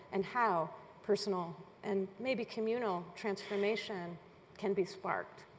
and how personal and maybe communal transformation can be sparked.